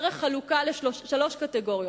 דרך חלוקה לשלוש קטגוריות.